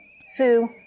Sue